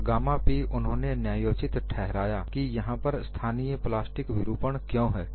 और gamma p उन्होंने न्यायोचित ठहराया कि यहां पर स्थानीय प्लास्टिक विरूपण क्यों है